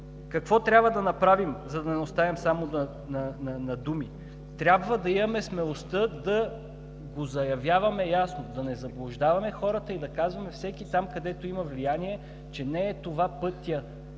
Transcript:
Какво трябва да направим, за да не остане само на думи? Трябва да имаме смелостта да го заявяваме ясно, да не заблуждаваме хората и да казва всеки, там, където има влияние, че не е това пътят.